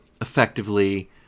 effectively